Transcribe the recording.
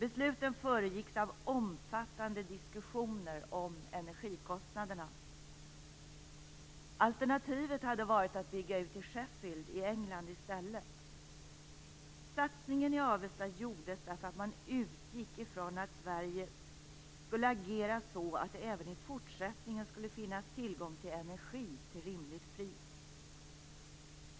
Besluten föregicks av omfattande diskussioner om energikostnaderna. Alternativet hade varit att bygga ut i Sheffield i England i stället. Satsningen i Avesta gjordes därför att man utgick ifrån att Sverige skulle agera så att det även i fortsättningen skulle finnas tillgång till energi till rimligt pris.